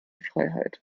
freiheit